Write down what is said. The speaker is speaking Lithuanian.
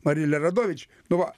marilia radovič nu va